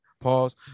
Pause